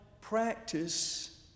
practice